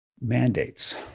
mandates